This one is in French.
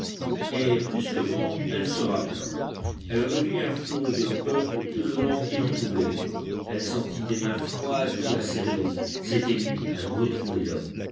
et brusquement elle se rappela elle revit un flot de peuple hurlant qui l'entourait elle sentit des mains froides qui la serraient au cou c'était lui elle retrouvait l'homme